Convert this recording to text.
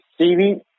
CV